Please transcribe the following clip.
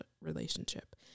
relationship